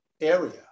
area